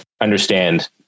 understand